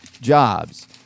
jobs